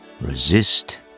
resist